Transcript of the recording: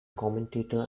commentator